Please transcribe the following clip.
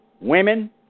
Women